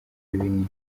binini